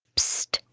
pssst,